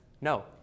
No